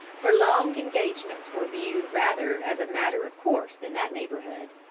for long engagements were viewed rather as a matter of course in that neighbourhood.